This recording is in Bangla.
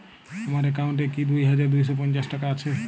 আমার অ্যাকাউন্ট এ কি দুই হাজার দুই শ পঞ্চাশ টাকা আছে?